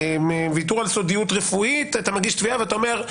ויתור על סודיות רפואית אתה מגיש תביעה ואומר,